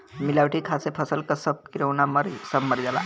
मिलावटी खाद से फसल क सब किरौना सब मर जाला